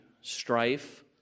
strife